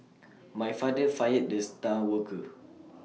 my father fired the star worker